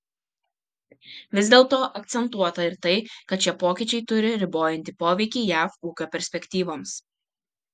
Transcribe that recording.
vis dėlto akcentuota ir tai kad šie pokyčiai turi ribojantį poveikį jav ūkio perspektyvoms